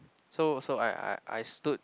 so so I I I stood